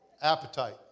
appetite